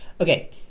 okay